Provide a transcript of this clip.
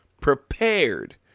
prepared